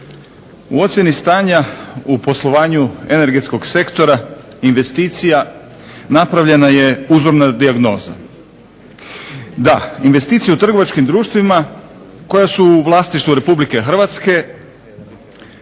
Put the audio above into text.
U ocjeni stanja u poslovanju energetskog sektora, investicija napravljena je uzorna dijagnoza. Da, investicije u trgovačkim društvima koje su u vlasništvu Republike Hrvatske